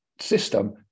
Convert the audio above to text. system